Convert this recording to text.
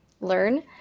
learn